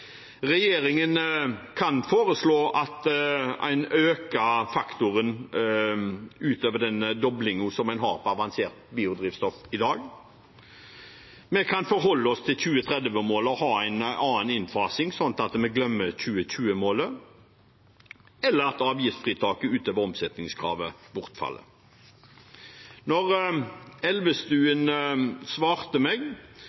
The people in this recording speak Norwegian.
kan regjeringen foreslå at en øker faktoren utover den doblingen en har for avansert biodrivstoff i dag. Vi kan forholde oss til 2030-målet og ha en annen innfasing sånn at vi glemmer 2020-målet, eller avgiftsfritaket utover omsetningskravet bortfaller. Etter at Elvestuen svarte meg,